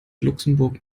luxemburg